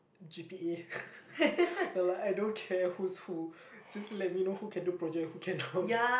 G_P_A you are like I don't care who's who just let me know who can do project who can do